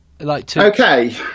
Okay